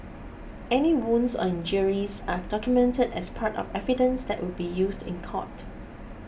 any wounds on injuries are documented as part of evidence that will be used in court